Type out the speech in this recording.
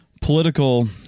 political